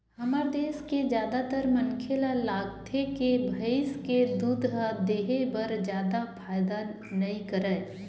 हमर देस के जादातर मनखे ल लागथे के भइस के दूद ह देहे बर जादा फायदा नइ करय